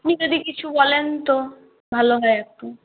আপনি যদি কিছু বলেন তো ভালো হয় একটু